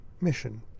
mission